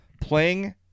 playing